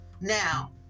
now